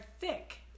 thick